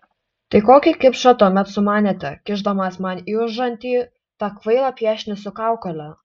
tai kokį kipšą tuomet sumanėte kišdamas man į užantį tą kvailą piešinį su kaukole